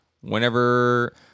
whenever